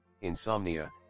insomnia